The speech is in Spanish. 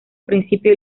principio